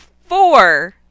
four